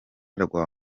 rwa